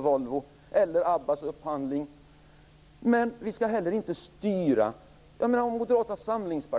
Volvos eller Abbas upphandling. Vi skall inte heller styra Moderata samlingspartiet.